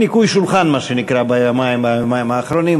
ניקוי שולחן, מה שנקרא, ביומיים האחרונים.